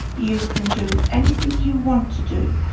you can do anything you want to do,